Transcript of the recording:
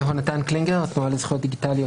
יהונתן קלינגר, התנועה לזכויות דיגיטליות.